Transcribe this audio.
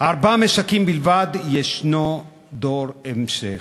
בארבעה משקים בלבד ישנו דור המשך.